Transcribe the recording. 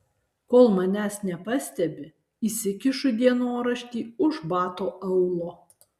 kol manęs nepastebi įsikišu dienoraštį už bato aulo